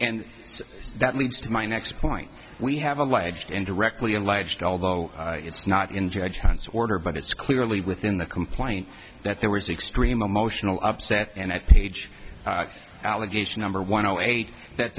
so that leads to my next point we have alleged and directly alleged although it's not in judge hans order but it's clearly within the complaint that there was extreme emotional upset and at page allegation number one zero eight that